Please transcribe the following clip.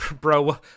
Bro